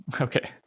okay